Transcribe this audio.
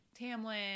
Tamlin